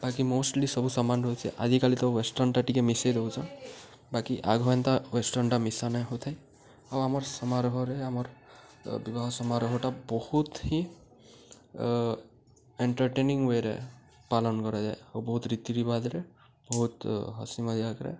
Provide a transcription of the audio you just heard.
ବାକି ମୋଷ୍ଟଲି ସବୁ ସମାନ ରହୁଛେ ଆଜିକାଲି ତ ୱେଷ୍ଟର୍ନଟା ଟିକେ ମିଶେଇ ଦେଉଛନ୍ ବାକି ଆଘ୍ରୁ ହେନ୍ତା ୱେଷ୍ଟର୍ନଟା ମିଶା ନାଇଁ ହୋଇଥାଏ ଆଉ ଆମର୍ ସମାରୋହରେ ଆମର୍ ବିବାହ ସମାରୋହଟା ବହୁତ ହିଁ ଏଣ୍ଟରଟେନିଂ ୱେରେ ପାଳନ କରାଯାଏ ଆଉ ବହୁତ ରୀତି ରିୱାଜ୍ରେ ବହୁତ ହସିି ମଜାକରେ